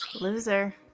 Loser